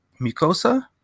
mucosa